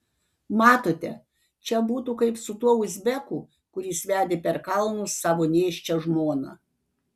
matote čia būtų kaip su tuo uzbeku kuris vedė per kalnus savo nėščią žmoną